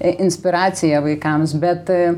inspiracija vaikams bet